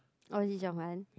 oh Chee-Chong-Fun